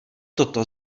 toto